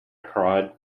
cried